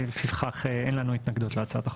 לפיכך אין לנו התנגדות להצעת החוק.